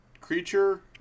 creature